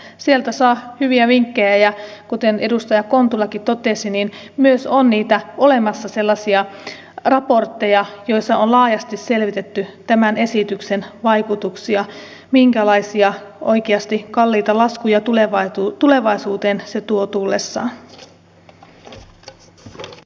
sieltä saa hyviä vinkkejä ja kuten edustaja kontulakin totesi niin myös on olemassa sellaisia raportteja joissa on laajasti selvitetty tämän esityksen vaikutuksia minkälaisia oikeasti kalliita laskuja tulevaisuuteen se tuo tullessaan